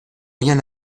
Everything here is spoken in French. rien